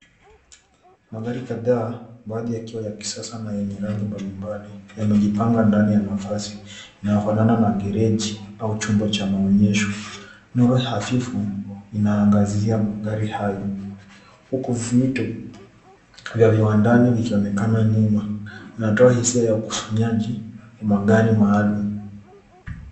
Magari kadhaa baadhi ya kisasa na yenye rangi mbalimbali yamejipanga ndani ya nafasi inayofanana na gereji au chumba cha maonyesho. Nuru hafifu inaangazia magari hayo huku vitu vya viwandani vikionekana nyuma. Inatoa hisia ya ukusanyaji wa gari maalum.